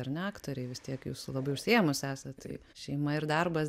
ar ne aktoriai vis tiek jūs labai užsiėmusi esat tai šeima ir darbas